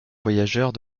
voyageurs